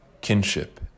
kinship